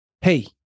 Hey